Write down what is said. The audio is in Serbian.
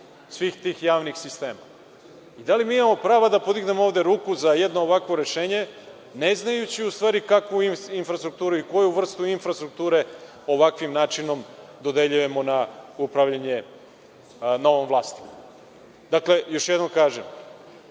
svih tih javnih sistema? Da li imamo pravo da ovde podignemo ruku za jedno ovakvo rešenje ne znajući u stvari kakvu infrastrukturu i koju vrstu infrastrukture dodeljujemo na upravljanje novom vlasniku? Još jednom kažem,